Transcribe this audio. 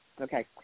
Okay